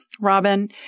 Robin